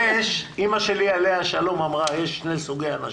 אימא שלי עליה השלום אמרה: יש שני סוגי אנשים,